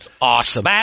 Awesome